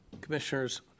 Commissioners